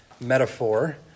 metaphor